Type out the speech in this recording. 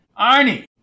Arnie